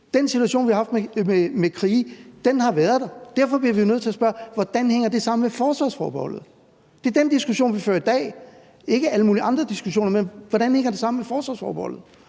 Tjetjenien og andre steder – har været der. Derfor bliver vi nødt til at spørge: Hvordan hænger det sammen med forsvarsforbeholdet? Det er den diskussion, vi fører i dag, ikke alle mulige andre diskussioner, men diskussionen om, hvordan det hænger sammen med forsvarsforbeholdet.